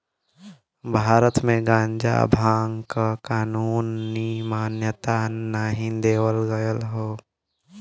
भारत में गांजा भांग क कानूनी मान्यता नाही देवल गयल हौ